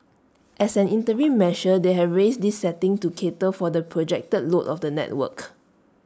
as an interim measure they have raised this setting to cater for the projected load of the network